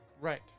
Right